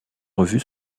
revu